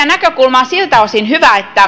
näkökulma on siltä osin hyvä